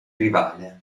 rivale